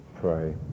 pray